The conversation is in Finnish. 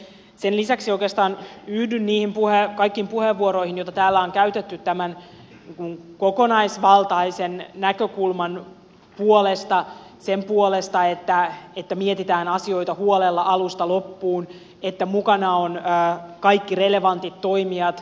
sen lisäksi oikeastaan yhdyn niihin kaikkiin puheenvuoroihin joita täällä on käytetty tämän kokonaisvaltaisen näkökulman puolesta sen puolesta että mietitään asioita huolella alusta loppuun että mukana ovat kaikki relevantit toimijat